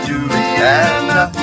Juliana